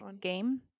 game